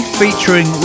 featuring